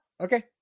okay